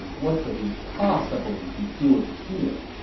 what could he possibly be doing here?